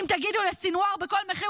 אם תגידו לסנוואר בכל מחיר,